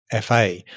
FA